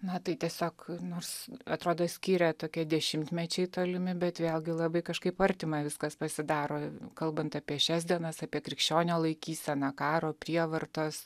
na tai tiesiog nors atrodo skiria tokie dešimtmečiai tolimi bet vėlgi labai kažkaip artima viskas pasidaro kalbant apie šias dienas apie krikščionio laikyseną karo prievartos